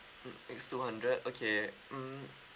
mm X two hundred okay um